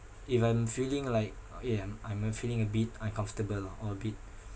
if I'm feeling like uh eh I'm I'm uh feeling a bit uncomfortable ah or a bit